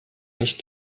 nicht